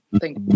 Thank